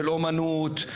של אומנות,